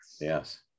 Yes